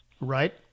Right